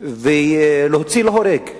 ולהוציא להורג,